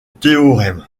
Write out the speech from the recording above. théorème